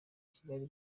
kigali